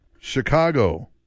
Chicago